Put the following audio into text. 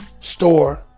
store